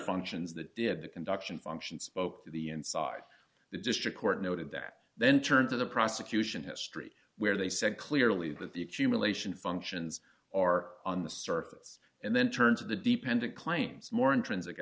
functions that did the conduction function spoke to the inside the district court noted that then turned to the prosecution history where they said clearly that the accumulation functions are on the surface and then turned to the dependent claims more intrinsic